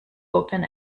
open